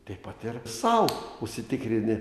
taip pat ir sau užsitikrini